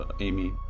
Amy